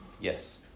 Yes